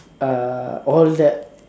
ah all that